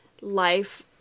life